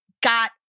Got